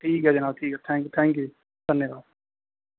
ठीक ऐ जनाब ठीक थैंक यू जी धन्नबाद